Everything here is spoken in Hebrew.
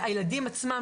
שהילדים עצמם,